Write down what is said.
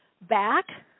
back